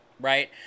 right